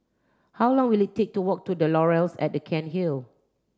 how long will it take to walk to The Laurels at Cairnhill